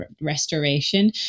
restoration